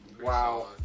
Wow